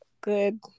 good